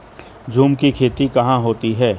झूम की खेती कहाँ होती है?